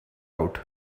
out